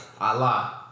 Allah